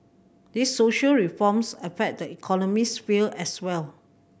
these social reforms affect the economic sphere as well